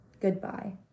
Goodbye